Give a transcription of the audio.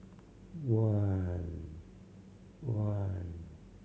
one one